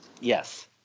yes